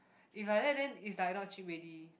if like that then it's like not cheap already